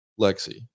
Lexi